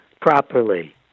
properly